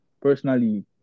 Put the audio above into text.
Personally